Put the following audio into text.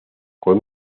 con